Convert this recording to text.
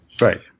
Right